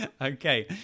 Okay